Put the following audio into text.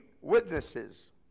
witnesses